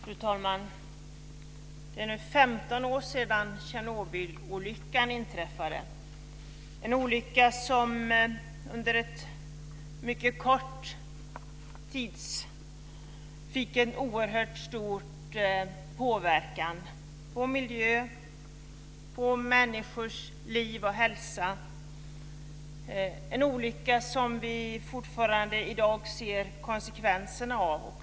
Fru talman! Det är nu 15 år sedan Tjernobylolyckan inträffade, en olycka som under mycket kort tid fick en oerhört stor påverkan på miljön och på människors liv och hälsa, en olycka som vi fortfarande i dag ser konsekvenserna av.